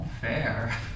fair